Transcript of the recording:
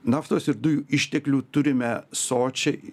naftos ir dujų išteklių turime sočiai